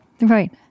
Right